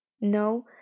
No